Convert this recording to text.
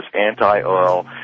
anti-oil